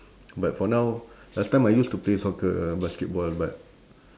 but for now last time I used to play soccer basketball but